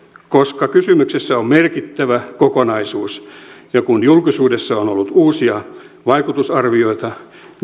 koska kysymyksessä on merkittävä kokonaisuus ja kun julkisuudessa on ollut uusia vaikutusarvioita